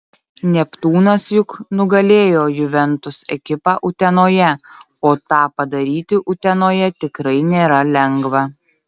neptūnas juk nugalėjo juventus ekipą utenoje o tą padaryti utenoje tikrai nėra lengva